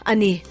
Ani